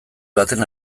baten